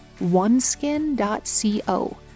oneskin.co